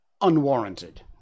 unwarranted